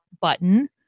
button